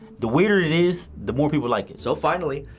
the weirder it is, the more people like it. so finally,